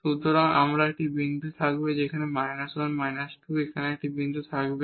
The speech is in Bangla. সুতরাং এখানে একটি বিন্দু থাকবে এবং 1 2 এখানে একটি বিন্দু থাকবে